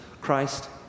Christ